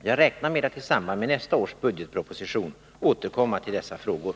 Jag räknar med att i samband med nästa års budgetproposition återkomma till dessa Nr 83